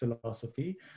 philosophy